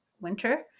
winter